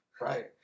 Right